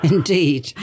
Indeed